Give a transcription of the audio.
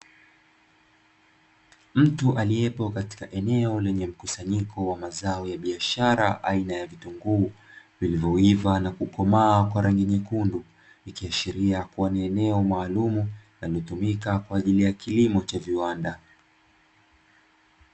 Mtu aliyepo katika eneo la mkusanyiko wa mazao ya biashara ikionyesha kuwa ni eneo maalumu linalotumika kwa mazao ya kiwanda